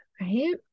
right